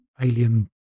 alien